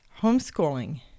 homeschooling